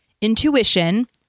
intuition